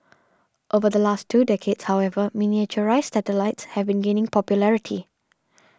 over the last two decades however miniaturised satellites have been gaining popularity